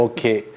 Okay